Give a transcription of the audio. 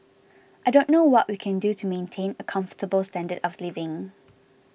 I don't know what we can do to maintain a comfortable standard of living